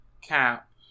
cap